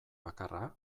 bakarra